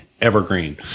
evergreen